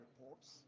reports